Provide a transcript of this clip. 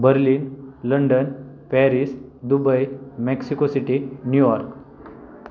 Berlin London Paris Dubai Mexico city New York